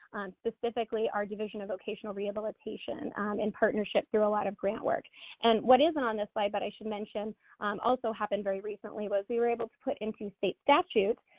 specifically, our division of vocational rehabilitation in partnership through a lot of grant work and what isn't on this slide, but i should mention also happen very recently was we we're able to put into state statute,